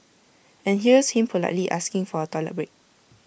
and here's him politely asking for A toilet break